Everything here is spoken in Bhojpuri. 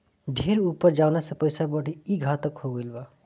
ढेर उपज जवना से पइसा बढ़ी, ई घातक हो गईल बा